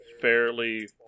fairly